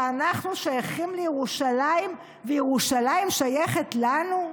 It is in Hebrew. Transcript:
שאנחנו שייכים לירושלים וירושלים שייכת לנו?